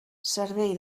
servei